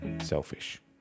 selfish